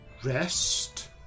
Rest